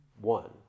One